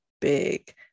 big